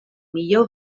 millor